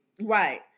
right